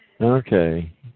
Okay